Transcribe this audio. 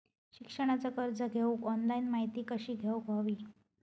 शिक्षणाचा कर्ज घेऊक ऑनलाइन माहिती कशी घेऊक हवी?